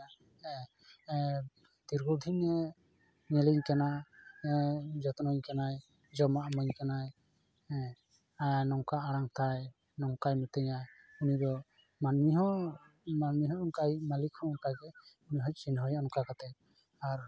ᱫᱤᱨᱜᱷᱚᱫᱤᱱ ᱧᱮᱞᱤᱧ ᱠᱟᱱᱟᱭ ᱡᱚᱛᱱᱚᱧ ᱠᱟᱱᱟᱭ ᱡᱚᱢᱟᱜᱼᱮ ᱤᱢᱟᱹᱧ ᱠᱟᱱᱟᱭ ᱟᱨ ᱱᱚᱝᱠᱟ ᱟᱲᱟᱝ ᱛᱟᱭ ᱱᱚᱝᱠᱟᱭ ᱢᱤᱛᱟᱹᱧᱟᱭ ᱩᱱᱤ ᱫᱚ ᱢᱟᱹᱱᱢᱤ ᱦᱚᱸ ᱚᱱᱠᱟ ᱢᱟᱞᱤᱠ ᱦᱚᱸ ᱚᱱᱠᱟ ᱜᱮ ᱪᱤᱱᱦᱟᱹᱣᱮᱭᱟ ᱚᱱᱠᱟ ᱠᱟᱛᱮ ᱟᱨ